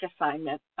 assignment